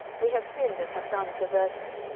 we have sinned, and have done perversely,